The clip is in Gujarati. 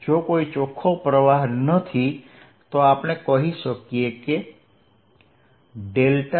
જો કોઈ ચોખ્ખો પ્રવાહ નથી તો આપણે કહી શકીએ કે